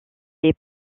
est